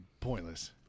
pointless